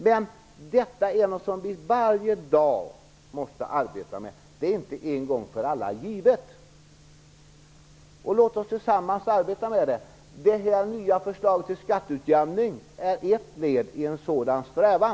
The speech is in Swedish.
Men detta är något som vi varje dag måste arbeta med. Det är inte en gång för alla givet. Låt oss tillsammans arbeta med det. Det nya förslaget till skatteutjämning är ett led i en sådan strävan.